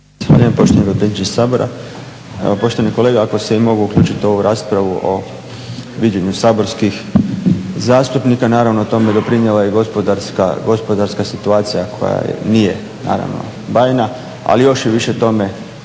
poštovani potpredsjedniče Sabora, evo poštovani kolega ako se i mogu uključiti u ovu raspravu o viđenju saborskih zastupnika. Naravno tome je doprinijela i gospodarska situacija koja nije naravno bajna, ali još je više tome